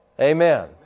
Amen